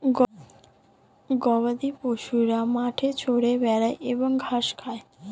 গবাদিপশুরা মাঠে চরে বেড়ায় এবং ঘাস খায়